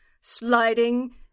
Sliding